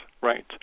right